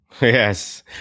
Yes